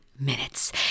minutes